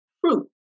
Fruit